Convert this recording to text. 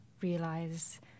realize